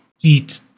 eat